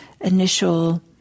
initial